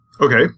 Okay